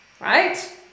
Right